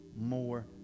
more